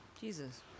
Jesus